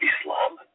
Islam